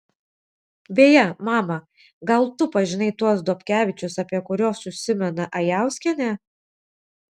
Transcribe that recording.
beje mama gal tu pažinai tuos dobkevičius apie kuriuos užsimena ajauskienė